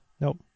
Nope